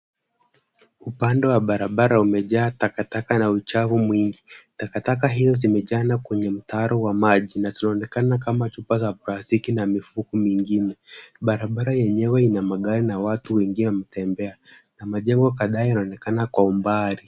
Upande wa barabara umejaa takataka na uchafu mwingi, takataka hizo zimejaana kwenye mtaro wa maji na zinaonekana kama chupa za plastiki na mifuko mingine, barabara yenyewe ina magari na watu wengine wanatembea na majengo kadhaa yanaonekana kwa umbali.